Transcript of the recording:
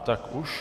Tak už.